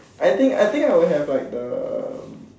I think I think I will have like the